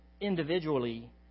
individually